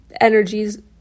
Energies